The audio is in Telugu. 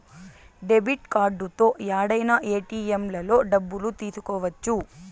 డెబిట్ కార్డుతో యాడైనా ఏటిఎంలలో డబ్బులు తీసుకోవచ్చు